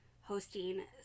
hosting